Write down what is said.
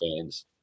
fans